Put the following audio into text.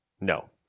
No